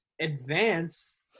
advance